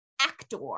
actor